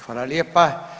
Hvala lijepa.